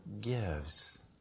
gives